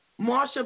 Marsha